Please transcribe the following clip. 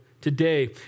today